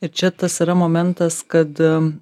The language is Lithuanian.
ir čia tas yra momentas kad